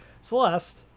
Celeste